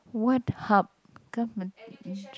what hub come a~